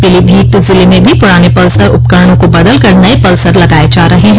पीलीभीत जिले म भी पुराने पल्सर उपकरणों को बदल कर नये पल्सर लगाये जा रहे हैं